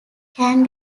can